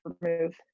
remove